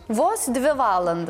vos dvi valanda